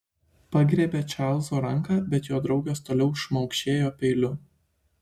pagriebė čarlzo ranką bet jo draugas toliau šmaukšėjo peiliu